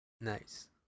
Nice